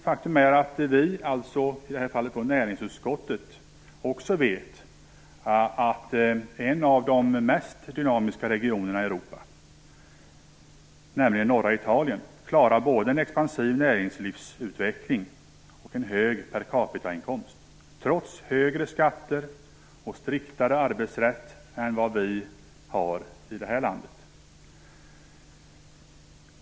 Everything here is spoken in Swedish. Faktum är att näringsutskottet också vet att en av de mest dynamiska regionerna i Europa, nämligen norra Italien, klarar både en expansiv näringslivsutveckling och en hög inkomst per capita, trots högre skatter och striktare arbetsrätt än vad vi har i vårt land.